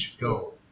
Go